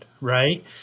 right